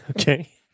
Okay